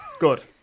Good